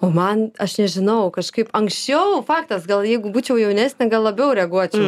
o man aš nežinau kažkaip anksčiau faktas gal jeigu būčiau jaunesnė gal labiau reaguočiau